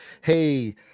hey